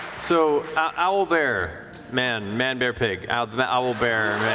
so owlbear man, manbearpig-owlbear-man. owlbear,